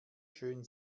schön